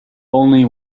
only